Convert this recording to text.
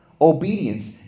Obedience